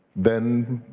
then